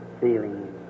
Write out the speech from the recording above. feeling